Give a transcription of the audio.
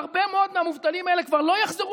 הרבה מאוד מהמובטלים האלה כבר לא יחזרו